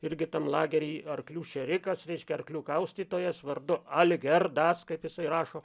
irgi tam lageryje arklių šėrikas reiškia arklių kaustytojas vardu algerdas kaip jisai rašo